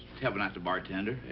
helping out the bartender.